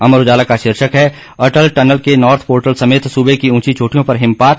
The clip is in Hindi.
अमर उजाला का शीर्षक है अटल टनल के नार्थ पोर्टल समेत सूबे की ऊंची चोटियों पर हिमपात